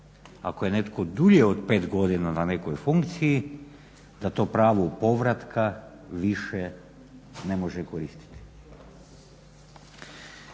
Ako je netko dulje od pet godina na nekoj funkciji da to pravo povratka više ne može koristiti.